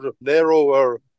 narrower